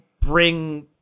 bring